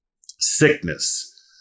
sickness